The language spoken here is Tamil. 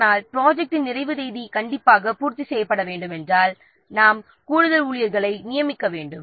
ஆனால் ப்ராஜெக்ட்டின் நிறைவு தேதி கண்டிப்பாக பூர்த்தி செய்யப்பட வேண்டும் என்றால்நாம் கூடுதல் ஊழியர்களை நியமிக்க வேண்டும்